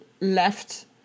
left